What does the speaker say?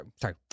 Sorry